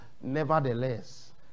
Nevertheless